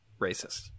racist